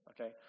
okay